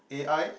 a_i